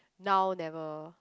now never